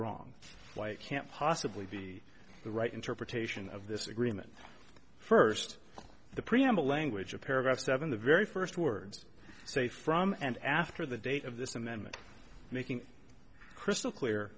wrong why can't possibly be the right interpretation of this agreement first the preamble language of paragraph seven the very first words say from and after the date of this amendment making crystal clear